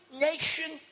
nation